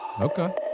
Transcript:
Okay